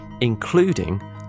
including